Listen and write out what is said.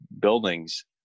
buildings